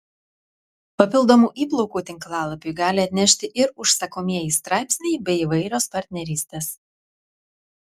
papildomų įplaukų tinklalapiui gali atnešti ir užsakomieji straipsniai bei įvairios partnerystės